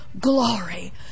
glory